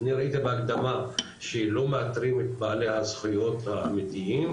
אני ראיתי דבר שלא מאתרים את בעלי הזכויות האמיתיים,